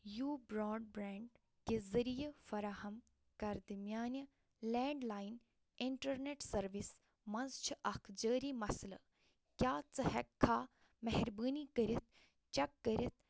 U broadband کہ ذریعہ فراہم کردٕ میانہ لینڈ لائن انٹرنیٹ سٔروس منٛز چھ اکھ جٲری مسلہٕ کیاہ ژٕ ہیٚککھَ مہربٲنی کٔرتھ چک کٔرتھ